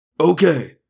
Okay